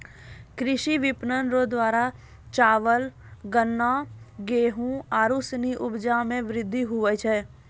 कृषि विपणन रो द्वारा चावल, गन्ना, गेहू आरू सनी उपजा मे वृद्धि हुवै छै